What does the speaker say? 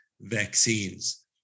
vaccines